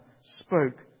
spoke